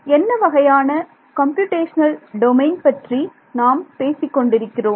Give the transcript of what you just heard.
என்ன வகையான computational domain பற்றி நாம் பேசிக் கொண்டிருக்கிறோம்